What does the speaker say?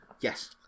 yes